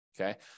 Okay